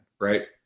right